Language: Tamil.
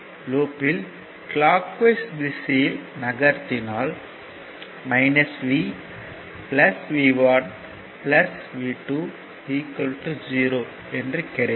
லூப்யில் கிளாக் வைஸ் திசையில் நகர்த்தினால் V V1 V2 0 என கிடைக்கும்